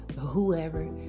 whoever